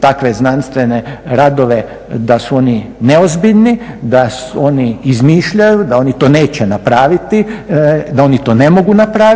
takve znanstvene radove da su oni neozbiljni, da oni izmišljaju, da oni to neće napraviti, da oni to ne mogu napraviti.